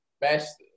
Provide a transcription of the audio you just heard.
Best